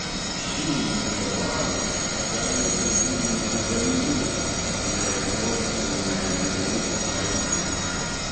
šį intervalą gali apibūdinti gaminių su nevienodu pelningumu aibė